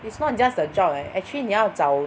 it's not just a job eh actually 你要找